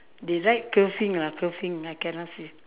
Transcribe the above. they write curving lah curving I cannot see